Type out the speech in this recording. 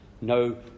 No